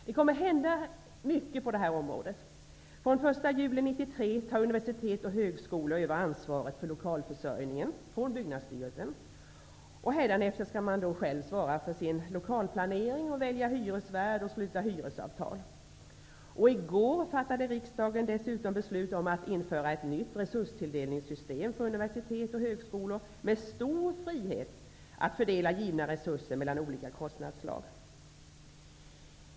Det kommer att hända mycket på detta område. Från den 1 juli 1993 tar universitet och högskolor över Byggnadsstyrelsens ansvar för lokalförsörjningen. Hädanefter skall man då själv svara för sin lokalplanering, välja hyresvärd och sluta hyresavtal. I går fattade riksdagen dessutom beslut om att införa ett nytt resurstilldelningssystem för universitet och högskolor med stor frihet att fördela givna resurser mellan olika kostnadsslag.